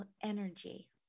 energy